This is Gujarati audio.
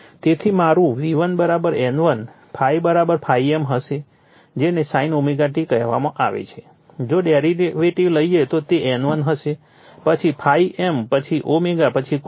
તેથી મારું V1 N1 ∅ ∅m હશે જેને sin ωt કહેવામાં આવે છે જો ડેરીવેટીવ લઈએ તો તે N1 હશે પછી ∅m પછી ω પછી cos ωt છે